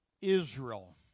Israel